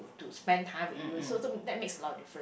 to spend time with you so to that makes a lot of different